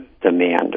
demand